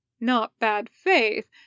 not-bad-faith